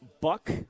Buck